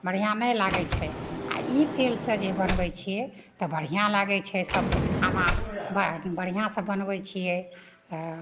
बढ़िआँ नहि लागय छै आओर ई तेलसँ जे बनबय छियै तऽ बढ़िआँ लागय छै सबकिछु खाना बढ़िआँसँ बनबय छियै तऽ